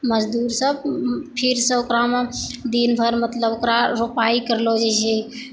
मजदूर सब फेर सऽ ओकरामे दिन भर मतलब ओकरा रोपाई करलऽ जाइ छै